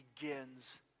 begins